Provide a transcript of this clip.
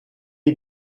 est